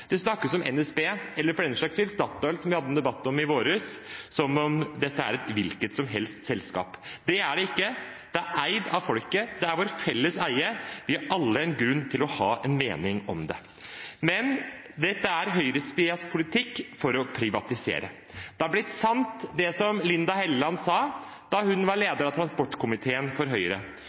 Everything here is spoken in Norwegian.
Det snakkes om NSB – eller for den saks skyld Statoil, som vi hadde en debatt om i våres – som om dette er et hvilket som helst selskap. Det er det ikke. Det er eiet av folket. Det er vår felles eie. Vi har alle en grunn til å ha en mening om det. Men dette er høyresidens politikk for å privatisere. Det har blitt sant, det som Linda Hofstad Helleland sa da hun var leder av transportkomiteen for Høyre.